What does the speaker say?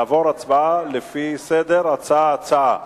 נעבור להצבעה לפי הסדר, הצעה-הצעה.